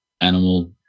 animal